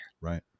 Right